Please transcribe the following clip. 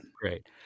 Great